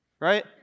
right